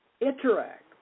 interact